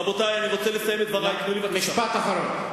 רבותי, אני רוצה לסיים את דברי, משפט אחרון.